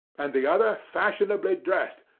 and the other fashionably dressed,